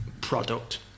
product